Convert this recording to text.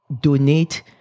donate